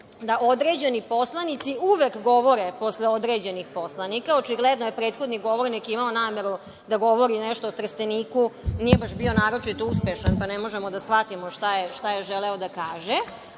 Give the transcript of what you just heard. da određeni poslanici uvek govore posle određenih poslanika. Očigledno je prethodni govornik imao nameru da govori nešto o Trsteniku. Nije baš bio naročito uspešan, pa ne možemo da shvatimo šta je želeo da kaže,